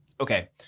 okay